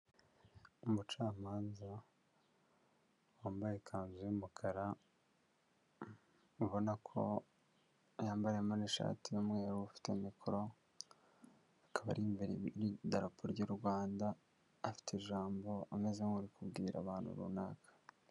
Umucamanza wambaye ikanzu y'umukara, ubona ko yambayemo n'ishati y'umweru, ufite mikoro, akaba ari imbere y'idarapo ry'u Rwanda, afite ijambo ameze nk'uri kubwira abantu runaka.